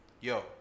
yo